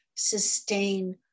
sustain